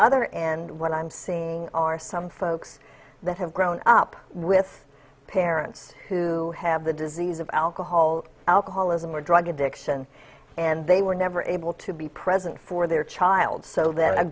other end what i'm seeing are some folks that have grown up with parents who have the disease of alcohol alcoholism or drug addiction and they were never able to be present for their child so that a